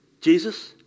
Jesus